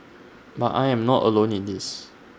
but I am not alone in this